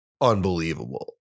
unbelievable